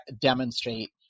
demonstrate